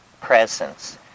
presence